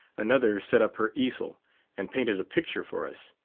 another set up her easel and painted a picture for us.